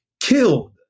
killed